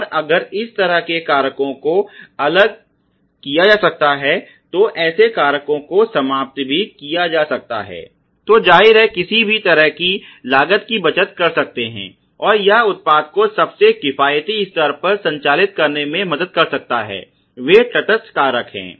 और अगर इस तरह के कारकों को अलग किया जा सकता है तो ऐसे कारकों को समाप्त भी किया जा सकता है तो जाहिर है किसी भी तरह की लागत की बचत कर सकते हैं और यह उत्पाद को सबसे किफायती स्तर पर संचालित करने में मदद कर सकता है वे तटस्थ कारक हैं